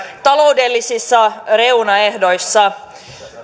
taloudellisissa reunaehdoissa